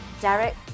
Derek